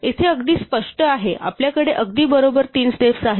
येथे अगदी स्पष्ट आहे आपल्याकडे अगदी बरोबर तीन स्टेप्स आहेत